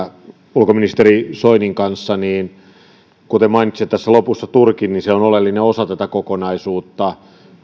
ulkoministeri soinin kanssa kun mainitsitte tässä lopussa turkin niin se on oleellinen osa tätä kokonaisuutta